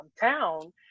town